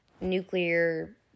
nuclear